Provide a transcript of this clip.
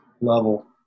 level